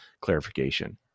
clarification